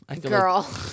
Girl